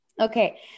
okay